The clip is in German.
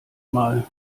mal